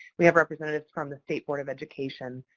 we have representatives from the state board of education,